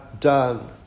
done